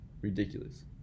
Ridiculous